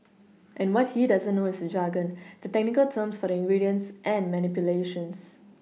and what he doesn't know is jargon the technical terms for the ingredients and manipulations